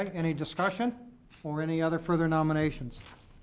any discussion for any other further nominations?